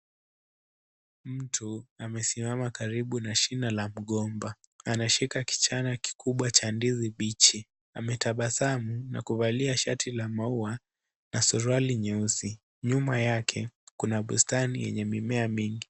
Mtu amesimama karibu na shina la mgomba. Anashika kichana kikubwa cha ndizi bichi. Ametabasamu na kuvalia shati la maua na suruali nyeusi. Nyuma yake kuna bustani yenye mimea mingi.